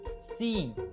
seeing